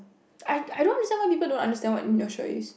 I I don't understand why people don't understand what industrial is